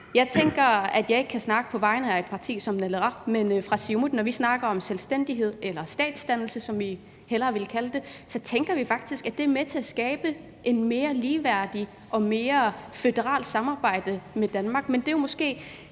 Jeg tænker, at jeg ikke kan snakke på vegne af et parti som Naleraq; men når vi i Siumut snakker om selvstændighed eller statsdannelse, som vi hellere vil kalde det, tænker vi faktisk, at det er med til at skabe en mere ligeværdig og et mere føderalt samarbejde med Danmark. Men det er måske